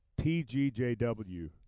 TGJW